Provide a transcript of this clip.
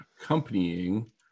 accompanying